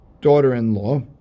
daughter-in-law